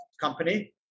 company